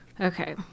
Okay